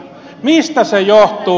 mistä se johtuu